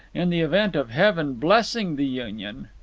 in the event of heaven blessing the union,